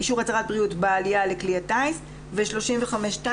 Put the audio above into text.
בעלייה לכלי הטיס, ו-35(2)